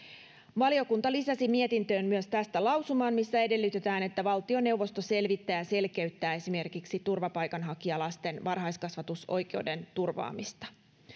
valiokunta lisäsi mietintöön myös tästä lausuman missä edellytetään että valtioneuvosto selvittää ja selkeyttää esimerkiksi turvapaikanhakijalasten varhaiskasvatusoikeuden turvaamista